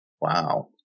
Wow